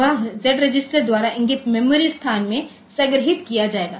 वह Z रजिस्टर द्वारा इंगित मेमोरी स्थान में संग्रहीत किया जाएगा